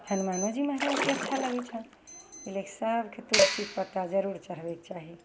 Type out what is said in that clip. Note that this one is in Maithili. हनुमानो जी महराजके अच्छा लगय छनि ओइ लेल सबके तुलसीके पत्ता जरूर चढ़बयके चाही